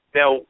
now